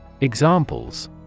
Examples